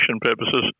purposes